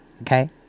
okay